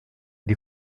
die